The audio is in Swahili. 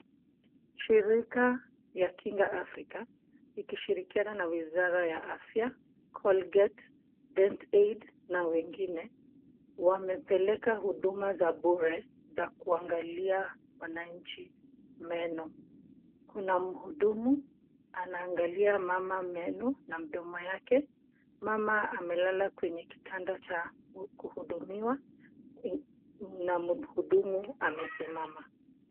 Shirika ya Kinga Africa, ikishirikiana na Wizara ya Afya, Colgate, Dentaid na wengine, wamepeleka huduma za bure za kuangalia wananchi meno, kuna mhudumu anaangalia mama meno na mdomo yake, mama amelala kwenye kitanda cha kuhudumiwa na mhudumu amesimama.